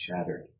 shattered